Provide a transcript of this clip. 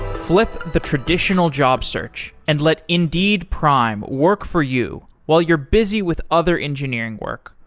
flip the traditional job search and let indeed prime work for you while you're busy with other engineering work,